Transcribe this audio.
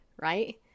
right